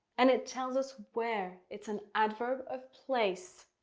and it tells us where. it's an adverb of place.